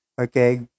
okay